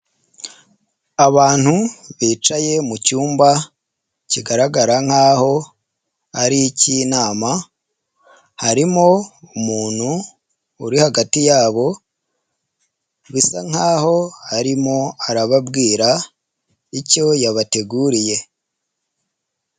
Abantu bicaye mu cyumba kigaragara nk'aho ari ik'inama harimo umuntu uri hagati yabo bisa nkaho arimo arababwira icyo yabateguriye.